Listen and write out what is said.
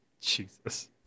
Jesus